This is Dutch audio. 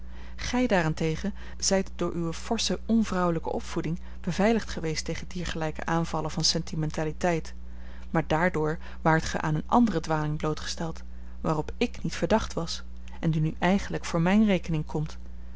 gij daarentegen zijt door uwe forsche onvrouwelijke opvoeding beveiligd geweest tegen diergelijke aanvallen van sentimentaliteit maar daardoor waart ge aan eene andere dwaling blootgesteld waarop ik niet verdacht was en die nu eigenlijk voor mijne rekening komt